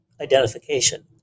identification